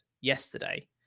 yesterday